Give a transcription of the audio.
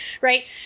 right